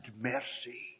mercy